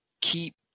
keep